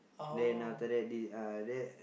then after that this uh that